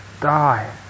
die